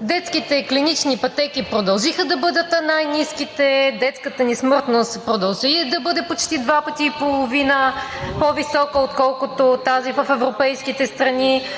Детските клинични пътеки продължиха да бъдат най-ниските, детската ни смъртност продължи да бъде почти два пъти и половина по-висока, отколкото тази в европейските страни.